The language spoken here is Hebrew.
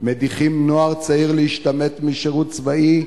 מדיחים נוער צעיר להשתמט משירות צבאי,